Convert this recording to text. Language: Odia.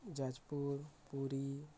ଯାଜପୁର ପୁରୀ